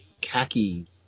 khaki